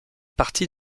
partie